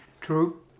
True